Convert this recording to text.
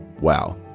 Wow